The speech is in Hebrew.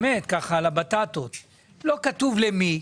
לא כתוב למי,